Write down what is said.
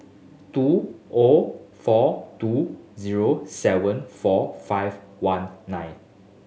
two O four two zero seven four five one nine